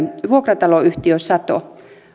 vuokrataloyhtiö sato